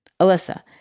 Alyssa